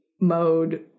mode